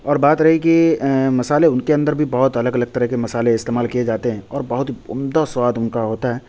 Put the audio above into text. اور بات رہی کہ مسالے ان کے اندر بھی بہت الگ الگ طرح کے مسالے استعمال کیے جاتے ہیں اور بہت عمدہ سواد ان کا ہوتا ہے